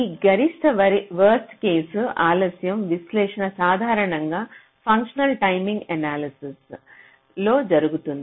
ఈ గరిష్ట worst case ఆలస్యం విశ్లేషణ సాధారణంగా ఫంక్షనల్ టైమింగ్ ఎనాలసిస్ లో జరుగుతుంది